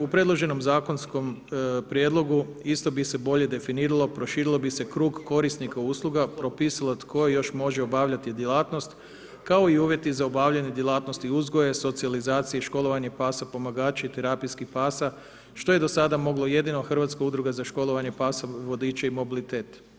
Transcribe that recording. U predloženom zakonskom prijedlogu, isto bi se bolje definiralo, proširilo bi se krug korisnika usluga, propisalo tko još može obavljati djelatnost, kao i uvjeti za obavljanje djelatnosti uzgoja socijalizacije i školovanje pasa pomagača i terapijskih pasa, što je do sada moglo jedino Hrvatska udruga za školovanja pasa vodiča i mobilitet.